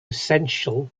essential